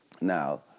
Now